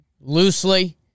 Loosely